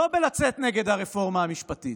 לא ביציאה נגד הרפורמה המשפטית,